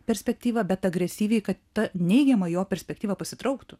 perspektyvą bet agresyviai kad ta neigiama jo perspektyva pasitrauktų su tokiu pačiu